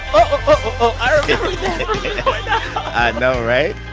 i know, right?